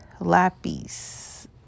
Lapis